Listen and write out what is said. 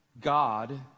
God